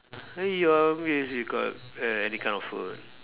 got err any kind of food